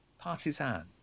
partisan